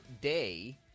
day